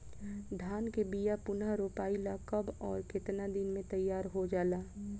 धान के बिया पुनः रोपाई ला कब और केतना दिन में तैयार होजाला?